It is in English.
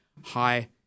high